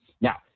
Now